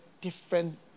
Different